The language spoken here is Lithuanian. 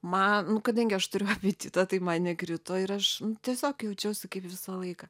man nu kadangi aš turiu apetitą tai man nekrito ir aš tiesiog jaučiausi kaip visą laiką